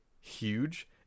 huge